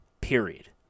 Period